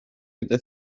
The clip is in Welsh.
gyda